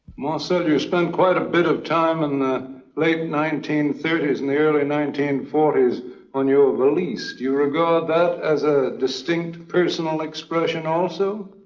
marcel, you spent quite a bit of time in the late nineteen thirty s and the early nineteen forty s on your reliefs, do you regard that as a distinct personal expression also?